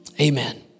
amen